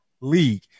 league